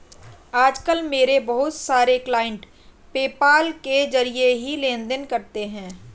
आज कल मेरे बहुत सारे क्लाइंट पेपाल के जरिये ही लेन देन करते है